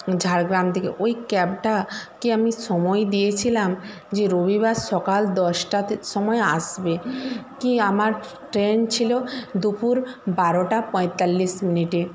ঝাড়গ্রাম থেকে ওই ক্যাবটা কে আমি সময় দিয়েছিলাম যে রবিবার সকাল দশটাতে সময় আসবে কি আমার ট্রেন ছিল দুপুর বারোটা পঁয়তাল্লিশ মিনিটে